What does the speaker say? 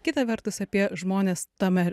kita vertus apie žmones tame